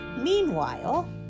Meanwhile